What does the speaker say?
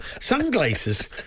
Sunglasses